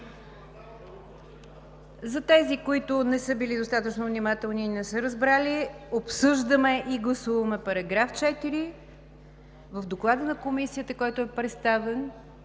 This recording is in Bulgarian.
За тези, които не са били достатъчно внимателни и не са разбрали, обсъждаме и гласуваме § 4 в Доклада на Комисията, който е представен.